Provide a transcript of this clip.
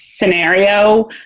scenario